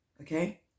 Okay